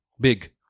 Big